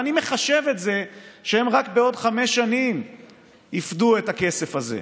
ואני מחשב את זה שהם רק בעוד חמש שנים יפדו את הכסף הזה,